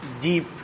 deep